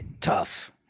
Tough